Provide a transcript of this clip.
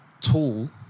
tool